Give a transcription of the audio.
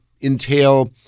entail